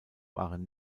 waren